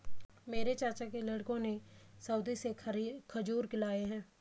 मेरे चाचा के लड़कों ने सऊदी से खजूर लाए हैं